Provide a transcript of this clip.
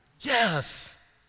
Yes